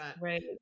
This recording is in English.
Right